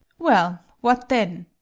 well, what then?